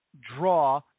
draw